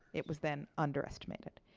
it was then underestimated.